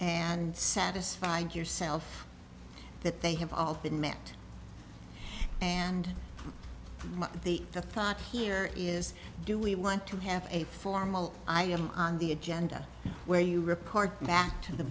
and satisfied yourself that they have all been met and the the thought here is do we want to have a formal i am on the agenda where you report back to the